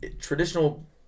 traditional